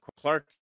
Clark